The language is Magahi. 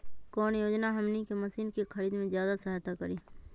कौन योजना हमनी के मशीन के खरीद में ज्यादा सहायता करी?